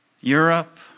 Europe